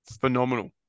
phenomenal